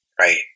Right